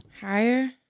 Higher